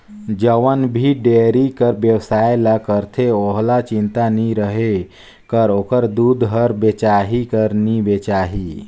जउन भी डेयरी कर बेवसाय ल करथे ओहला चिंता नी रहें कर ओखर दूद हर बेचाही कर नी बेचाही